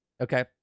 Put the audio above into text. Okay